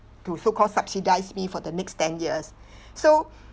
to so-called subsidise me for the next ten years so